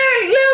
Little